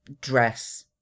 dress